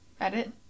edit